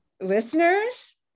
listeners